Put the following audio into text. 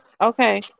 Okay